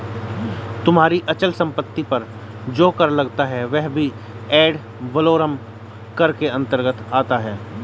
तुम्हारी अचल संपत्ति पर जो कर लगता है वह भी एड वलोरम कर के अंतर्गत आता है